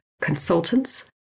consultants